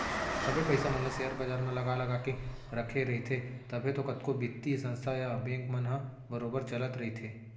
सबे पइसा मन ल सेयर बजार म लगा लगा के रखे रहिथे तभे तो कतको बित्तीय संस्था या बेंक मन ह बरोबर चलत रइथे